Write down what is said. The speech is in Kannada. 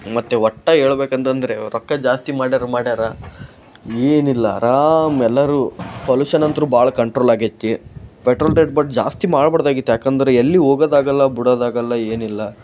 ಮತ್ತು ಒಟ್ಟು ಹೇಳ್ಬೇಕಂತಂದ್ರೆ ಇವಾಗ ರೊಕ್ಕ ಜಾಸ್ತಿ ಮಾಡ್ಯಾರೆ ಮಾಡ್ಯಾರೆ ಏನಿಲ್ಲ ಅರಾಮ ಎಲ್ಲರೂ ಪೊಲ್ಯೂಷನ್ ಅಂತು ಭಾಳ ಕಂಟ್ರೋಲ್ ಆಗೈತಿ ಪೆಟ್ರೋಲ್ ರೇಟ್ ಬಟ್ ಜಾಸ್ತಿ ಮಾಡ್ಬಾರ್ದಾಗಿತ್ತು ಏಕಂದ್ರೆ ಎಲ್ಲಿ ಹೋಗೋದಾಗಲ್ಲ ಬಿಡೋದಾಗಲ್ಲ ಏನಿಲ್ಲ